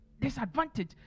disadvantage